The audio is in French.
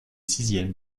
sixième